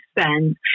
spend